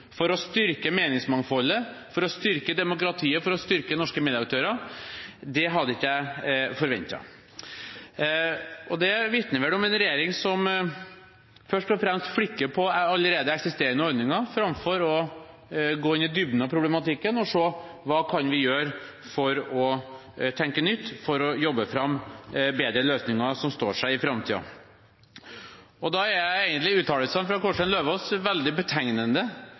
for å styrke meningsmangfoldet, for å styrke demokratiet og for å styrke norske medieaktører, hadde jeg ikke forventet. Det vitner om en regjering som først og fremst flikker på allerede eksisterende ordninger framfor å gå i dybden av problematikken og se hva vi kan gjøre for å tenke nytt og jobbe fram bedre løsninger som står seg i framtiden. Da er egentlig uttalelsene fra Kårstein Løvaas veldig betegnende